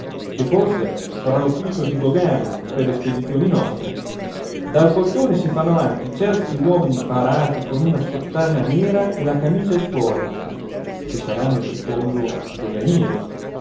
che forse sarà l'ufficio di dogana per le spedizioni nostre dal portone si fanno avanti certi uomini parati con una sottana nera e la camicia di fuori